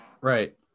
right